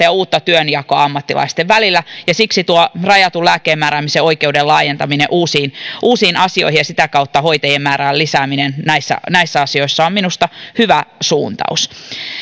ja uutta työnjakoa ammattilaisten välillä ja siksi tuo rajatun lääkkeen määräämisen oikeuden laajentaminen uusiin uusiin asioihin ja sitä kautta hoitajien määrän lisääminen näissä näissä asioissa on minusta hyvä suuntaus